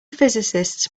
physicists